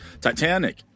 titanic